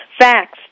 facts